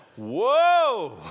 Whoa